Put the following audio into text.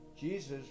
Jesus